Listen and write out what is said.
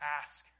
ask